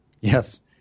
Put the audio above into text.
Yes